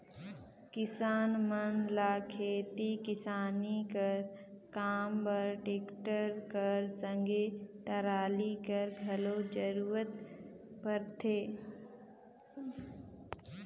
किसान मन ल खेती किसानी कर काम बर टेक्टर कर संघे टराली कर घलो जरूरत परथे